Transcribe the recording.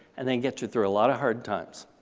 and they get you through a lot of hard times.